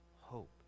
hope